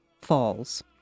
falls